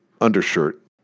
undershirt